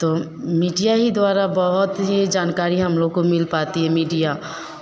तो मीडिया ही द्वारा बहुत ही जानकारी हम लोग को मिल पाती है मीडिया